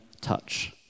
touch